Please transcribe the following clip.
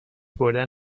بردن